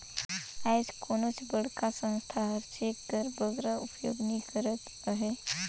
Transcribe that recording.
आएज कोनोच बड़खा संस्था हर चेक कर बगरा उपयोग नी करत अहे